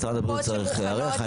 משרד הבריאות צריך להיערך.